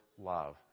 love